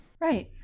Right